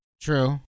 True